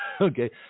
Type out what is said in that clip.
Okay